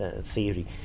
theory